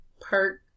perk